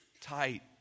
tight